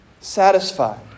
satisfied